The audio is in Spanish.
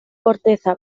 corteza